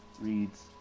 reads